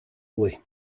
who